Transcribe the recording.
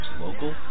local